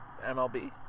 MLB